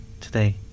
today